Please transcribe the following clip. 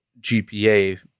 GPA